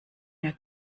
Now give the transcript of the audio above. mehr